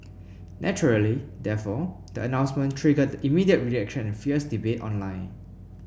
naturally therefore the announcement triggered immediate reaction and fierce debate online